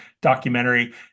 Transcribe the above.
documentary